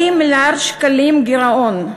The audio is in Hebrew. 40 מיליארד שקלים גירעון,